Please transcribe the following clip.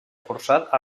forçat